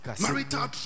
marital